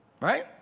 Right